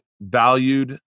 valued